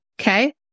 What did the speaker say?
Okay